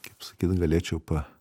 kaip sakyt galėčiau pa